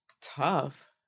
tough